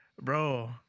Bro